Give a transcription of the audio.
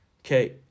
Okay